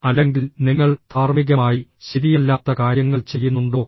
അല്ലെങ്കിൽ നിങ്ങൾ ധാർമ്മികമായി ശരിയല്ലാത്ത കാര്യങ്ങൾ ചെയ്യുന്നുണ്ടോ